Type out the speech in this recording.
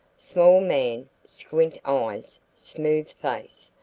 small man, squint eyes, smooth face.